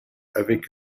avec